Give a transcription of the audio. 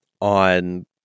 on